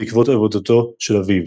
בעקבות עבודתו של אביו.